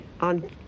on